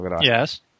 Yes